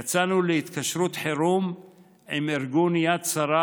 יצאנו להתקשרות חירום עם ארגון יד שרה,